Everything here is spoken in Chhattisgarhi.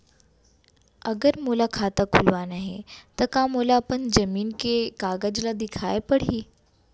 अगर मोला खाता खुलवाना हे त का मोला अपन जमीन के कागज ला दिखएल पढही?